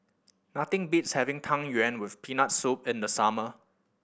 nothing beats having Tang Yuen with Peanut Soup in the summer